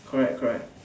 correct correct